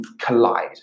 collide